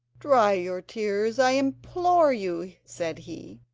dry your tears, i implore you said he.